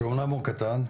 שאומנם הוא קטן,